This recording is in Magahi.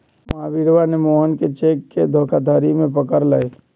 महावीरवा ने मोहन के चेक के धोखाधड़ी में पकड़ लय